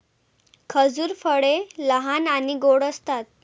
खजूर फळे लहान आणि गोड असतात